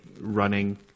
running